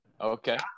Okay